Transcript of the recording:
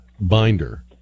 binder